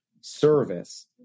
service